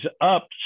up